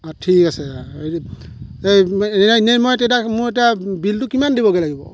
আ ঠিক আছে হেৰি মোৰ এতিয়া বিলতো কিমান দিবগৈ লাগিব